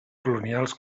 colonials